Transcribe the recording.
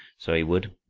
so he would,